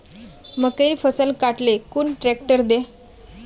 मकईर फसल काट ले कुन ट्रेक्टर दे?